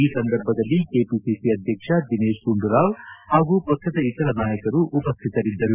ಈ ಸಂದರ್ಭದಲ್ಲಿ ಕೆಪಿಸಿ ಅಧ್ಯಕ್ಷ ದಿನೇಶ್ ಗುಂಡೂರಾವ್ ಹಾಗೂ ಪಕ್ಷದ ಇತರ ನಾಯಕರು ಉಪಸ್ಥಿತರಿದ್ದರು